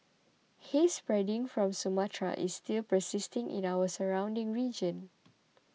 haze spreading from Sumatra is still persisting in our surrounding region